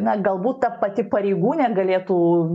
na galbūt ta pati pareigūnė galėtų